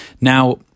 Now